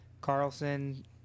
Carlson